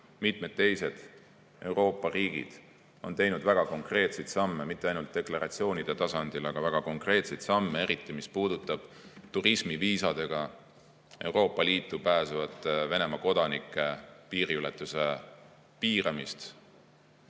mitmed teised Euroopa riigid on teinud väga konkreetseid samme, mitte ainult deklaratsioonide tasandil. On astutud väga konkreetseid samme, eriti mis puudutab turismiviisadega Euroopa Liitu pääsevate Venemaa kodanike piiriületuse piiramist,